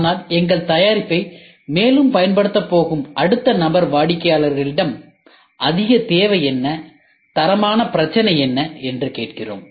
ஆனால் எங்கள் தயாரிப்பை மேலும் பயன்படுத்தப் போகும் அடுத்த நபரிடம் வாடிக்கையாளரிடம் அதிக தேவை என்ன தரமான பிரச்சினை என்ன என்று கேட்கிறோம்